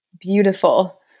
beautiful